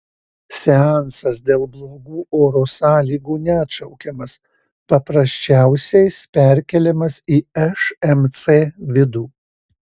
seansas dėl blogų oro sąlygų neatšaukiamas paprasčiausiais perkeliamas į šmc vidų